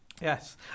Yes